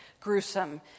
gruesome